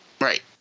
Right